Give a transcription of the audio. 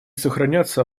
сохраняться